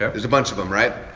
there's a bunch of them, right?